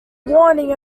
warning